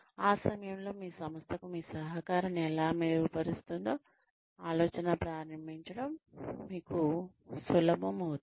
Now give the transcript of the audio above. ఆ సమయంలో మీ సంస్థకు మీ సహకారాన్ని ఎలా మెరుగుపరుస్తుందో ఆలోచన ప్రారంభించడం మీకు సులభం అవుతుంది